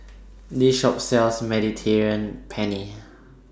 This Shop sells Mediterranean Penne